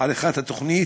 עריכת התוכנית,